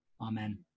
Amen